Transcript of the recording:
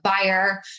buyer